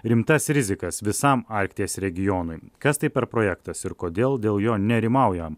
rimtas rizikas visam arkties regionui kas tai per projektas ir kodėl dėl jo nerimaujam